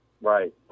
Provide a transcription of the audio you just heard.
Right